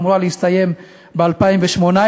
ואמורה להסתיים ב-2018.